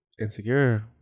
insecure